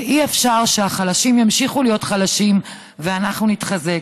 כי אי-אפשר שהחלשים ימשיכו להיות חלשים ואנחנו נתחזק.